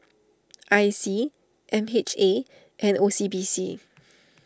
I C M H A and O C B C